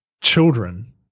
children